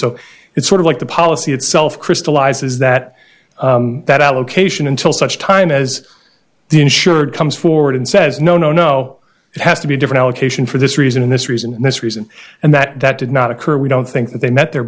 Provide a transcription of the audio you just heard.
so it's sort of like the policy itself crystallizes that that allocation until such time as the insured comes forward and says no no no it has to be different location for this reason and this reason and this reason and that that did not occur we don't think that they met their